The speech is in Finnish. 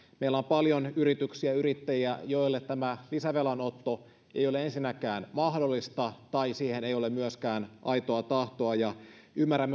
meillä on paljon yrityksiä yrittäjiä joille tämä lisävelanotto ei ole ensinnäkään mahdollista tai joilla siihen ei ole myöskään aitoa tahtoa ja ymmärrän